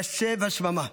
ליישב השממה.